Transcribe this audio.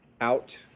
out